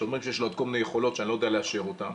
שאומרים שיש לה עוד כל מיני יכולות שאני לא יודע לאשר אותן,